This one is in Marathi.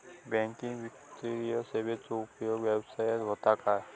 बँकिंग वित्तीय सेवाचो उपयोग व्यवसायात होता काय?